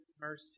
mercy